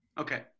Okay